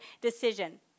decision